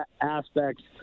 aspects